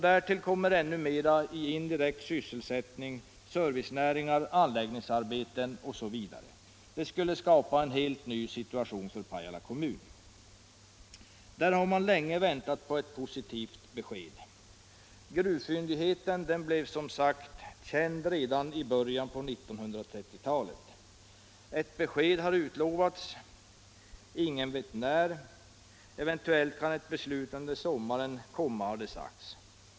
Därtill kommer ännu mera i indirekt sysselsättning, i servicenäringar, anläggningsarbeten osv. Detta skulle skapa en helt ny situation för Pajala kommun. Där har man nu länge väntat på ett positivt besked. Gruvfyndigheten har som sagt varit känd sedan början på 1930-talet, och ett besked har utlovats, men ingen vet när det kommer. Eventuellt kan ett beslut fattas under sommaren, har det sagts.